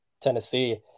Tennessee